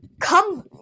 Come